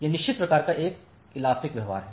यह निश्चित प्रकार का इलास्टिक व्यवहार है